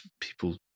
people